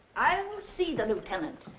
i will see the lieutenant,